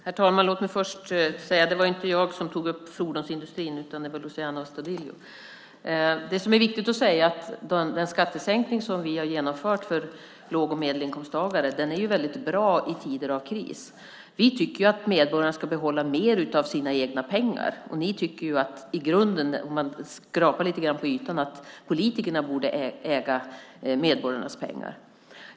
Herr talman! Låt mig först säga att det inte var jag som tog upp fordonsindustrin, utan det var Luciano Astudillo. Det som är viktigt att säga är att den skattesänkning som vi har genomfört för låg och medelinkomsttagare är väldigt bra i tider av kris. Vi tycker att medborgarna ska behålla mer av sina egna pengar. Ni tycker i grunden, om man skrapar lite grann på ytan, att politikerna borde äga medborgarnas pengar.